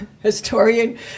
historian